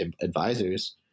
advisors